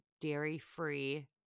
dairy-free